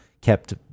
kept